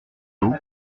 eaux